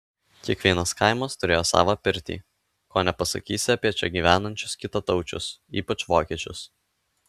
kiekvienas kaimas turėjo savą pirtį ko nepasakysi apie čia gyvenančius kitataučius ypač vokiečius